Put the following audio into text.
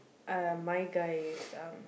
uh my guy is uh